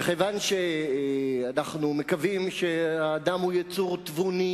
וכיוון שאנחנו מקווים שהאדם הוא יצור תבוני,